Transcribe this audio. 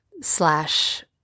slash